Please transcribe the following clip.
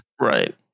Right